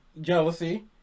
jealousy